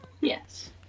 Yes